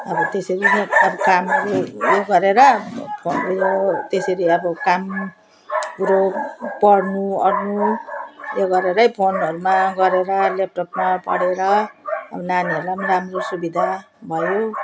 अब त्यसरी नै अब काम यो यो गरेर उयो त्यसरी अब कामकुरो पढ्नुओर्नु त्यो गरेरै फोनहरूमा गरेर ल्यापटपमा पढेर अब नानीहरूलाई पनि राम्रो सुविधा भयो